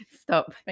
Stop